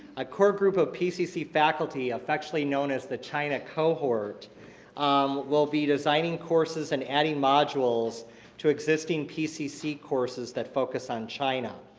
a core group of pcc faculty affectionately known as the china cohort um will be designing courses and adding modules to existing pcc courses that focus on china.